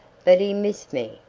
but he missed me,